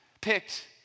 picked